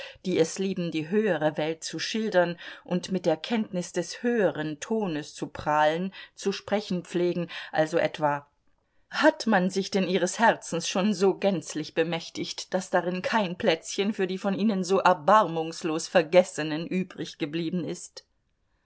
die es lieben die höhere welt zu schildern und mit der kenntnis des höheren tones zu prahlen zu sprechen pflegen also etwa hat man sich denn ihres herzens schon so gänzlich bemächtigt daß darin kein plätzchen für die von ihnen so erbarmungslos vergessenen übriggeblieben ist